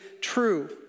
true